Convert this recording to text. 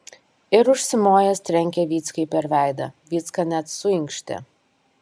ir užsimojęs trenkė vyckai per veidą vycka net suinkštė